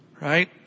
right